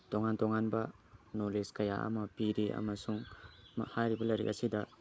ꯇꯣꯉꯥꯟ ꯇꯣꯉꯥꯟꯕ ꯅꯣꯂꯦꯁ ꯀꯌꯥ ꯑꯃ ꯄꯤꯔꯤ ꯑꯃꯁꯨꯡ ꯍꯥꯏꯔꯤꯕ ꯂꯥꯏꯔꯤꯛ ꯑꯁꯤꯗ